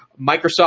Microsoft